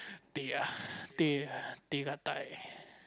teh ah teh teh